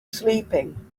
sleeping